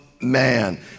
man